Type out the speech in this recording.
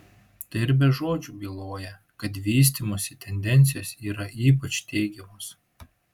tai ir be žodžių byloja kad vystymosi tendencijos yra ypač teigiamos